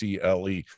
CLE